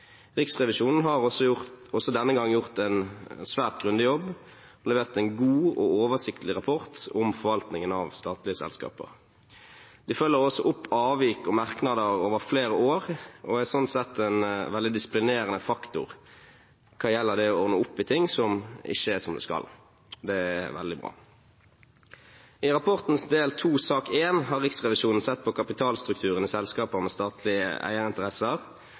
Riksrevisjonen har også denne gang gjort en svært grundig jobb. De har levert en god og oversiktlig rapport om forvaltningen av statlige selskaper. De følger opp avvik og merknader over flere år og er slik sett en veldig disiplinerende faktor hva gjelder å ordne opp i ting som ikke er som de skal. Det er veldig bra. I rapportens del II, sak 1, har Riksrevisjonen sett på kapitalstrukturen i selskaper med statlige eierinteresser